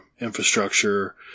infrastructure